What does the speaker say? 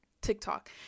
TikTok